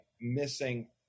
missing